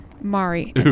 Mari